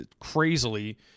crazily